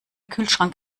kühlschrank